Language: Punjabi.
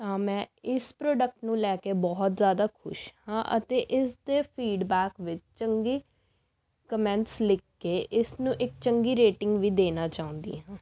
ਤਾਂ ਮੈਂ ਇਸ ਪ੍ਰੋਡਕਟ ਨੂੰ ਲੈ ਕੇ ਬਹੁਤ ਜ਼ਿਆਦਾ ਖੁਸ਼ ਹਾਂ ਅਤੇ ਇਸ ਦੇ ਫੀਡਬੈਕ ਵਿੱਚ ਚੰਗੇ ਕਮੈਂਟਸ ਲਿਖ ਕੇ ਇਸ ਨੂੰ ਇੱਕ ਚੰਗੀ ਰੇਟਿੰਗ ਵੀ ਦੇਣਾ ਚਾਹੁੰਦੀ ਹਾਂ